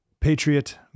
Patriot